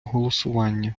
голосування